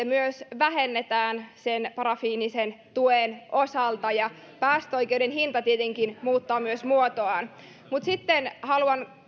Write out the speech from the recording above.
myös vähennetään sen parafiinisen tuen osalta ja päästöoikeuden hinta tietenkin muuttaa myös muotoaan mutta sitten haluan